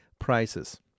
prices